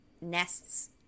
nests